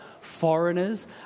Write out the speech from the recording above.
foreigners